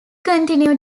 continue